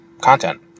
content